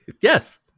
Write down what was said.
Yes